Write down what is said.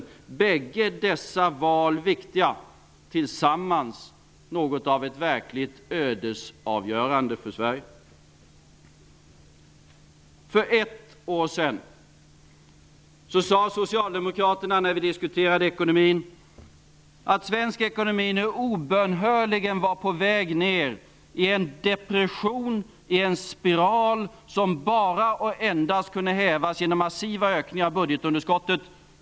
Bägge dessa val är viktiga och tillsammans något av ett verkligt ödesavgörande för Sverige. För ett år sedan sade Socialdemokraterna när vi diskuterade ekonomin att svensk ekonomi nu obönhörligen var på väg ner i en depression, i en spiral, som bara och endast kunde hävas genom en massiv ökning av budgetunderskottet.